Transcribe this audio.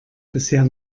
bisher